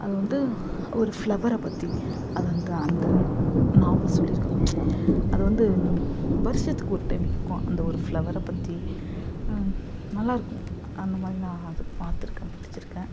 அது வந்து ஒரு ஃபிளவரை பற்றி அது அந்த அந்த நாவல் சொல்லியிருக்கும் அதுவந்து வருஷத்துக்கு ஒரு டைம் பூக்கும் அந்த ஒரு ஃபிளவரைப் பற்றி நல்லாயிருக்கும் அந்தமாதிரிலாம் நான் அதை பாத்திருக்கேன் படித்திருக்கேன்